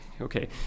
okay